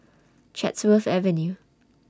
Chatsworth Avenue